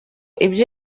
ibyo